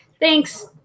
Thanks